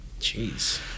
Jeez